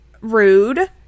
Rude